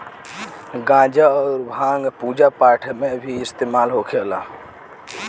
गांजा अउर भांग पूजा पाठ मे भी इस्तेमाल होखेला